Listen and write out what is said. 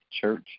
Church